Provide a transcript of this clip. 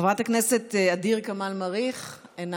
חברת הכנסת ע'דיר כמאל מריח, אינה